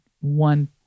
one